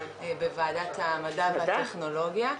מדובר בוועדת המדע והטכנולוגיה.